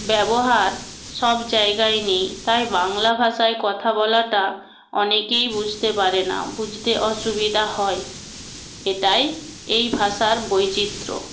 ব্যবহার সব জায়াগায় নেই তাই বাংলা ভাষায় কথা বলাটা অনেকেই বুঝতে পারে না বুঝতে অসুবিধা হয় এটাই এই ভাষার বৈচিত্র্য